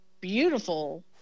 beautiful